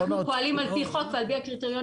אנחנו פועלים על פי חוק ועל פי הקריטריונים